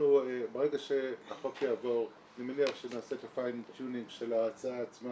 ברגע שהחוק יעבור אני מניח שנעשה את הפיין טיונינג של ההצעה עצמה,